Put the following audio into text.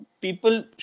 people